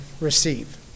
receive